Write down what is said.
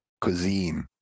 cuisine